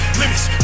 limits